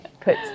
put